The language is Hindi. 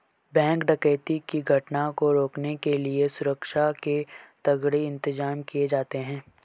बैंक डकैती की घटना को रोकने के लिए सुरक्षा के तगड़े इंतजाम किए जाते हैं